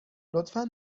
لطفا